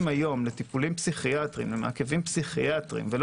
היום לטיפולים פסיכיאטריים ולא פסיכולוגים,